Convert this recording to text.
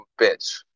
bitch